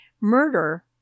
murder